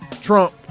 Trump